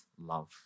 love